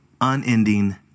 unending